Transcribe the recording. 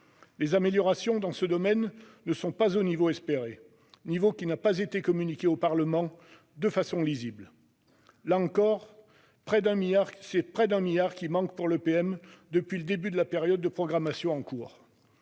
Les améliorations dans ce domaine ne sont pas au niveau espéré, niveau qui n'a pas été communiqué au Parlement de façon lisible. C'est là encore près d'un milliard d'euros qui manquent pour l'EPM depuis le début de la période de programmation en cours.